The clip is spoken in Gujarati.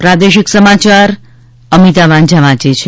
પ્રાદેશિક સમાચાર અમિતા વાંઝા વાંચે છે